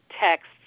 texts